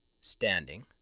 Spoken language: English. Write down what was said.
standing